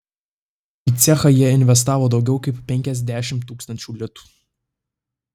į cechą jie investavo daugiau kaip penkiasdešimt tūkstančių litų